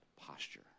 posture